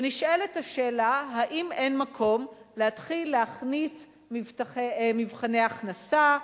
ונשאלת השאלה אם אין מקום להתחיל להכניס מבחני הכנסה,